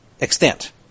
extent